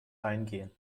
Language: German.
eingehen